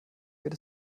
wird